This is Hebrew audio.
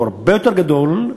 הוא הרבה יותר גדול,